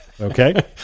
Okay